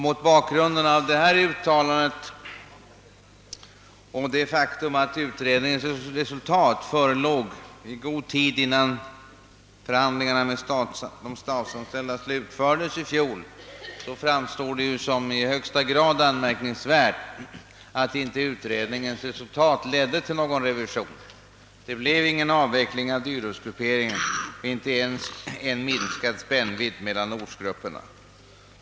Mot bakgrund av detta uttalande och det faktum att utredningens resultat förelåg i god tid innan förhandlingarna med de statsanställda slutfördes i fjol, framstår det som i högsta grad anmärkningsvärt att inte utredningens resultat lett till någon revision. Det blev ingen avveckling av dyrortsgrupperingen eller ens en minskad spännvidd mellan ortsgrupperna.